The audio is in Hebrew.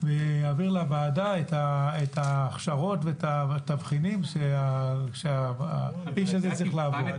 ויעביר לוועדה את ההכשרות ואת התבחינים שהאיש הזה צריך לעבור.